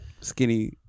Skinny